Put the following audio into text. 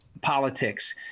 politics